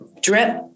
drip